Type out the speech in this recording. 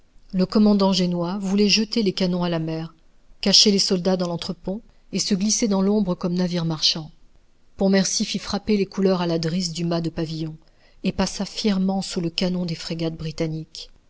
le commandant génois voulait jeter les canons à la mer cacher les soldats dans lentre pont et se glisser dans l'ombre comme navire marchand pontmercy fit frapper les couleurs à la drisse du mât de pavillon et passa fièrement sous le canon des frégates britanniques